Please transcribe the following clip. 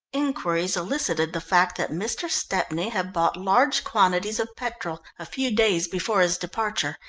inquiries elicited the fact that mr. stepney had bought large quantities of petrol a few days before his departure,